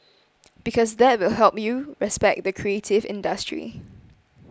because that will help you respect the creative industry